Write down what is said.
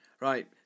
Right